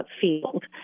field